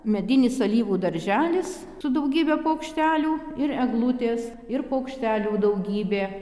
medinis alyvų darželis su daugybe paukštelių ir eglutės ir paukštelių daugybė